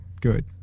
good